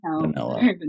vanilla